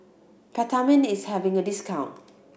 Peptamen is having a discount